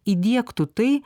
įdiegtų tai